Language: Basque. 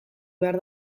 behar